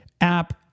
app